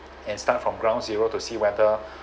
and start from ground zero to see whether